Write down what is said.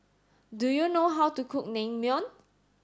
do you know how to cook Naengmyeon